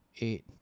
eight